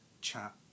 chat